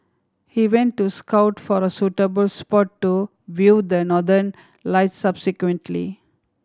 he went to scout for a suitable spot to view the Northern Lights subsequently